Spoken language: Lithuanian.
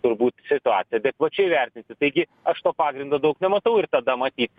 turbūt situaciją adekvačiai vertinti taigi aš to pagrindo daug nematau ir tada matyt